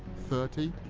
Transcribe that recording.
thirty.